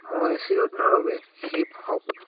মই চিৰদিনৰ বাবে হিপ হপ